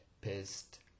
pissed